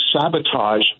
sabotage